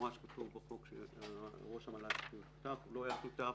כתוב במפורש בחוק שראש המל"ל צריך להיות שותף הוא לא היה שותף.